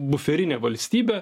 buferinę valstybę